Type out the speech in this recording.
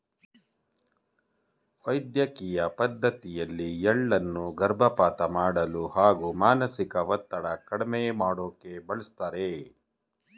ವೈದ್ಯಕಿಯ ಪದ್ಡತಿಯಲ್ಲಿ ಎಳ್ಳನ್ನು ಗರ್ಭಪಾತ ಮಾಡಲು ಹಾಗೂ ಮಾನಸಿಕ ಒತ್ತಡ ಕಡ್ಮೆ ಮಾಡೋಕೆ ಬಳಸ್ತಾರೆ